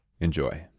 Enjoy